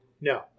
No